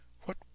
what